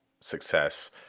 success